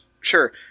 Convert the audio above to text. sure